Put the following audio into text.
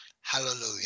Hallelujah